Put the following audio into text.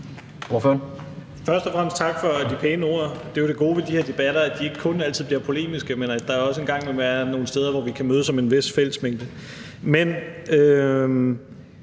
Først og fremmest tak for de pæne ord. Det er jo det gode ved de her debatter, altså at de ikke kun er polemiske, men at der også en gang imellem er nogle steder, hvor vi kan mødes om en vis fællesmængde.